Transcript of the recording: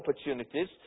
opportunities